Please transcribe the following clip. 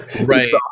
Right